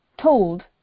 told